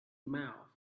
mouth